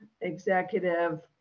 executive